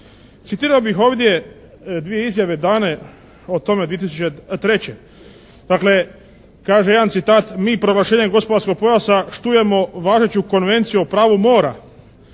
Citirao bih ovdje dvije izjave dane o tome 2003. Dakle, kaže jedan citat: "Mi proglašenjem gospodarskog pojasa štujemo važeću Konvenciju o pravu mora.